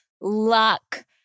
luck